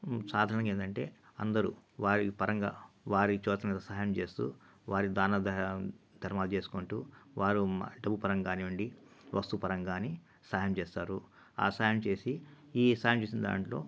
సాధారణంగా ఏందంటే అందరూ వారి పరంగా వారికి తోచినంత సహాయం చేస్తూ వారి దానదయ ధర్మాలు చేసుకుంటూ వారు డబ్బు పరంగా కానివ్వండి వస్తువు పరంగా కానీ సహాయం చేస్తారు ఆ సహాయం చేసి ఈ సాయం చేసిన దాంట్లో